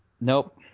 nope